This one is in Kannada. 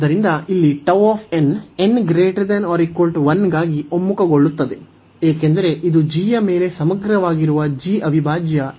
ಆದ್ದರಿಂದ ಇಲ್ಲಿ Γ n≥1 ಗಾಗಿ ಒಮ್ಮುಖಗೊಳ್ಳುತ್ತದೆ ಏಕೆಂದರೆ ಇದು g ಯ ಮೇಲೆ ಸಮಗ್ರವಾಗಿರುವ g ಅವಿಭಾಜ್ಯ ಇದು ಒಮ್ಮುಖವಾಗುವುದು p 1